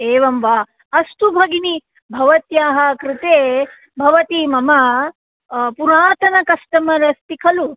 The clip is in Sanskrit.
एवं वा अस्तु भगिनि भवत्याः कृते भवती मम पुरातन कस्टमरे अस्ति खलु